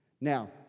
Now